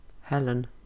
Helen